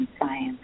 science